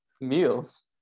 meals